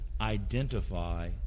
identify